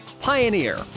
Pioneer